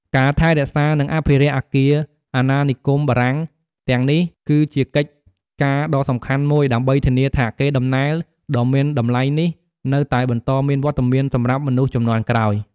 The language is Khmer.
ការថែរក្សា និងអភិរក្សអគារអាណានិគមបារាំងទាំងនេះ គឺជាកិច្ចការដ៏សំខាន់មួយ ដើម្បីធានាថាកេរដំណែលដ៏មានតម្លៃនេះនៅតែបន្តមានវត្តមានសម្រាប់មនុស្សជំនាន់ក្រោយ។